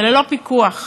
וללא פיקוח,